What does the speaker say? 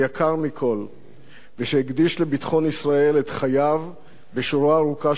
והקדיש לביטחון ישראל את חייו בשורה ארוכה של תפקידי פיקוד ומטה.